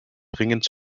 dringend